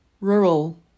Rural